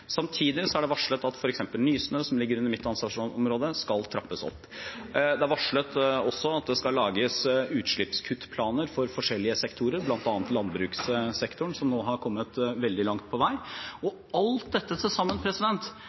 er det varslet at f.eks. Nysnø, som ligger under mitt ansvarsområde, skal trappes opp. Det er også varslet at det skal lages utslippskuttplaner for forskjellige sektorer, bl.a. landbrukssektoren, som nå har kommet veldig langt på vei. Alt dette til sammen,